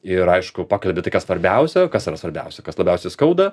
ir aišku pakalbi tai kas svarbiausia o kas yra svarbiausia kas labiausiai skauda